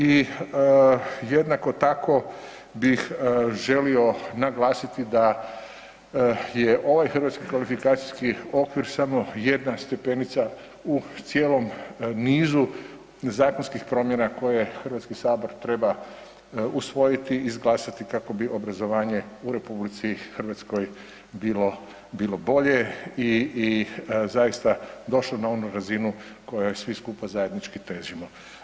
I jednako tako bih želio naglasiti da je ovaj hrvatski kvalifikacijski okvir samo jedna stepenica u cijelom nizu zakonskih promjena koje HS treba usvojiti i izglasati kako bi obrazovanje u RH bilo, bilo bolje, i zaista došlo na onu razinu kojoj svi skupa zajednički težimo.